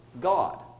God